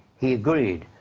he agreed.